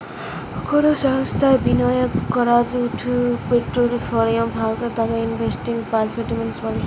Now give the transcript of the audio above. কোনো সংস্থার বিনিয়োগ করাদূঢ় যেই পোর্টফোলিও থাকে তাকে ইনভেস্টমেন্ট পারফরম্যান্স বলে